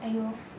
!aiyo!